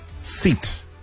seat